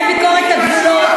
קביעה שממונה ביקורת הגבולות,